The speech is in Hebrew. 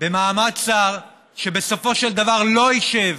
במעמד שר, שבסופו של דבר לא ישב